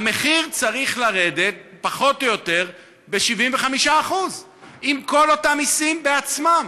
המחיר צריך לרדת פחות או יותר ב-75% עם כל אותם מסים עצמם.